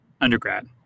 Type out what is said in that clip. undergrad